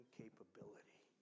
capability